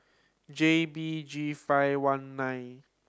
J B G five one nine